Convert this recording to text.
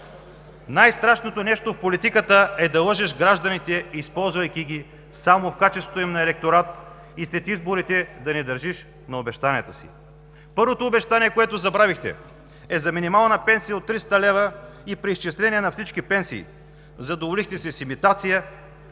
Най-страшното нещо в политиката е да лъжеш гражданите, използвайки ги само в качеството им на електорат, и след изборите да не държиш на обещанията си! Първото обещание, което забравихте, е за минимална пенсия от 300 лв. и преизчисление на всички пенсии. Задоволихте се с имитация